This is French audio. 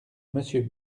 monsieur